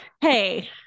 hey